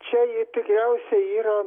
čia tikriausiai yra